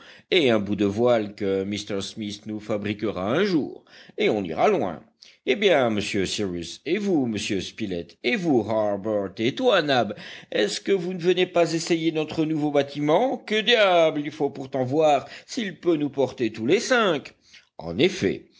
et un bout de voile que m smith nous fabriquera un jour et on ira loin eh bien monsieur cyrus et vous monsieur spilett et vous harbert et toi nab est-ce que vous ne venez pas essayer notre nouveau bâtiment que diable il faut pourtant voir s'il peut nous porter tous les cinq en effet